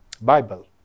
Bible